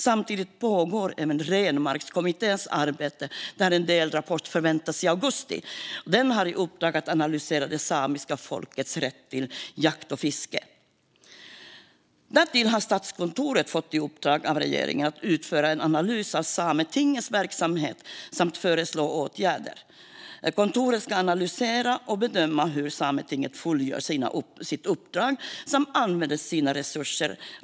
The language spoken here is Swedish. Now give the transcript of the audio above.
Samtidigt pågår även Renmarkskommitténs arbete, där en delrapport förväntas i augusti. Den har i uppdrag att analysera det samiska folkets rätt till jakt och fiske. Därtill har Statskontoret fått i uppdrag av regeringen att utföra en analys av Sametingets verksamhet samt föreslå åtgärder. Statskontoret ska analysera och bedöma hur Sametinget fullgör sitt uppdrag och använder sina resurser.